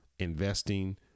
investing